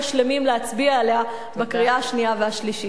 שלמים כשנצביע עליה בקריאה השנייה והשלישית.